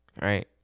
right